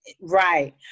Right